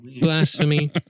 Blasphemy